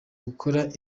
gukora